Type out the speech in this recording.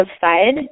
side